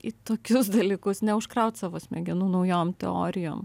į tokius dalykus neužkraut savo smegenų naujom teorijom